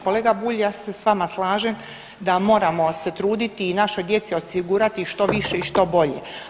Kolega Bulj ja se sa vama slažem da moramo se truditi i našoj djeci osigurati što više i što bolje.